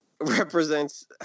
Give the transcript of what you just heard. represents